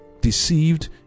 deceived